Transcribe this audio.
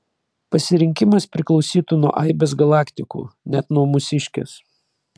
pasirinkimas priklausytų nuo aibės galaktikų net nuo mūsiškės